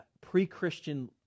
pre-Christian